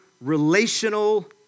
Relational